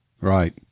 right